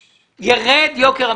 ירד יוקר המחייה.